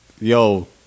yo